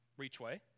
Reachway